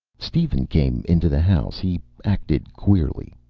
steven came into the house. he acted queerly.